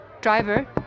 Driver